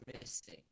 missing